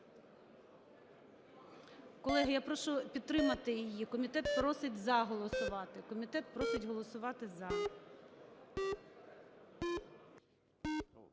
Колеги, я прошу підтримати її. Комітет просить "за" голосувати.